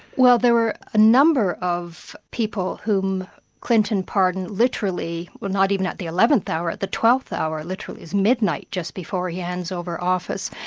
well there were a number of people whom clinton pardoned, literally, well not even at the eleventh hour, at the twelfth hour, literally, it was midnight just before he hands over office,